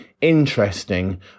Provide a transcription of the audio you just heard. interesting